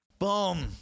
boom